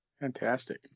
Fantastic